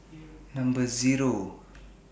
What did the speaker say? Number Zero